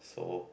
so